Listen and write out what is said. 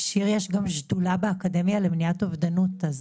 שיר, יש גם שדולה באקדמיה למניעת אובדנות.